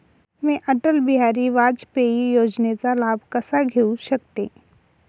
मी अटल बिहारी वाजपेयी योजनेचा लाभ कसा घेऊ शकते?